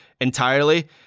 entirely